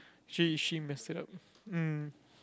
she she messed it up mm